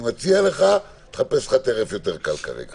אני מציע לך, חפש לך טרף יותר קל.